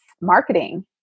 marketing